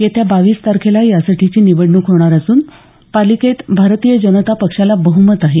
येत्या बावीस तारखेला यासाठीची निवडणूक होणार असून पालिकेत भारतीय जनता पक्षाला बहुमत आहे